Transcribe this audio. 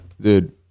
Dude